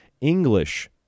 English